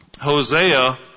Hosea